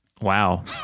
Wow